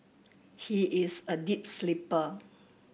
he is a deep sleeper